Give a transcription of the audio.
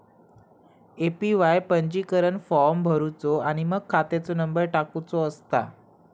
APY पंजीकरण form भरुचो आणि मगे खात्याचो नंबर टाकुचो असता